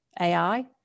AI